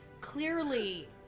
clearly